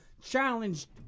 challenged